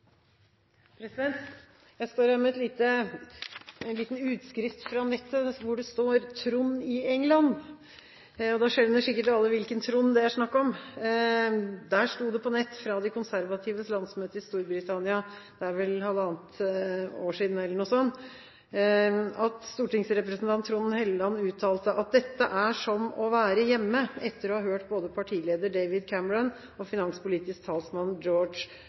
Jeg står her med en liten utskrift fra nettet hvor det står «Trond i England». Da skjønner sikkert alle hvilken Trond det er snakk om. Videre står det på nett fra de konservatives landsmøte i Storbritannia – det er vel halvannet år siden eller noe sånt – at stortingsrepresentant Trond Helleland uttalte: «Dette er som å være hjemme» – etter å ha hørt både partileder David Cameron og finanspolitisk talsmann